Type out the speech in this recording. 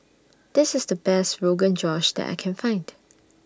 This IS The Best Rogan Josh that I Can Find